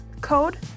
code